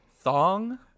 thong